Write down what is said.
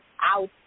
out